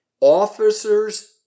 officers